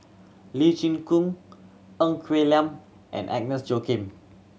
Lee Chin Koon Ng Quee Lam and Agnes Joaquim